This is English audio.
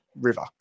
river